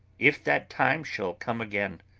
if that time shall come again,